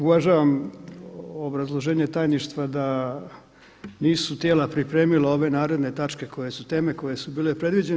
Uvažavam obrazloženje tajništva da nisu tijela pripremila ove naredne tačke koje su teme koje su bile predviđene.